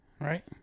right